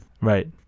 Right